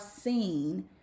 seen